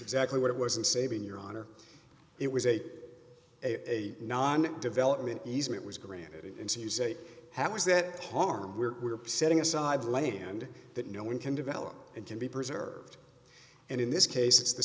exactly what it was in saving your honor it was a a non development easement was granted and so you say how was that harmed we're setting aside land that no one can develop and can be preserved and in this case it's the